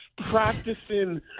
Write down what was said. practicing